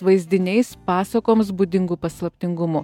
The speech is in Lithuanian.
vaizdiniais pasakoms būdingu paslaptingumu